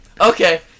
Okay